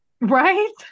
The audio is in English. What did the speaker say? right